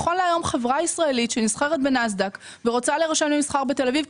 נכון להיום חברה ישראלית שנסחרת בנסד"ק ורוצה להירשם למסחר בתל אביב,